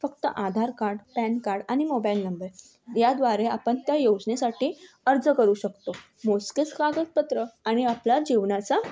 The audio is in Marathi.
आधार कार्ड पॅन कार्ड आणि मोबाईल नंबर याद्वारे आपन त्या योजनेसाठी अर्ज करू शकतो मोजकेच कागदपत्रं आणि आपला जीवनाचा